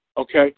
Okay